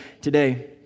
today